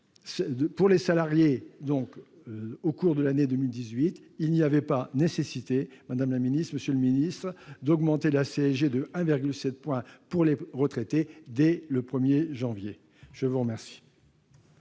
pour les salariés au cours de l'année 2018, il n'y avait pas nécessité, madame la ministre, monsieur le ministre, d'augmenter la CSG de 1,7 point pour les retraités dès le 1 janvier ! Je suis saisi